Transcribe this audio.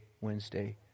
Wednesday